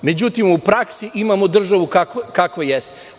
Međutim, u praksi imamo državu kakva jeste.